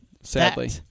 Sadly